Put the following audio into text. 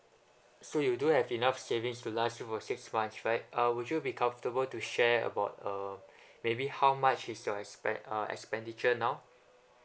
so you don't have enough savings to last you for six months right uh would you be comfortable to share about uh maybe how much is your expend~ expenditure now